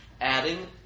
adding